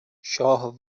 شاه